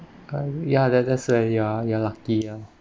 I will ya that that's where you are you are lucky ah